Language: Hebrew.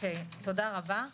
תודה רבה,